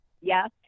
yes